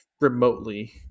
remotely